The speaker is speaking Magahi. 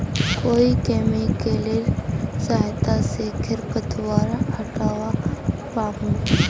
कोइ केमिकलेर सहायता से खरपतवार हटावा पामु